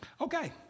Okay